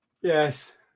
Yes